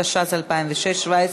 התשע"ז 2017,